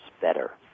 better